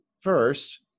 first